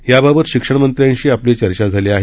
याबाबत शिक्षणमंत्र्यांशी आपली चर्चा झाली आहेत